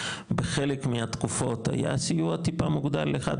בחלק מהתקופות היה סיוע טיפה מוגדל לחד